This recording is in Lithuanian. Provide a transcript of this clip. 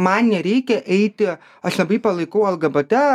man nereikia eiti aš labai palaikau lgbt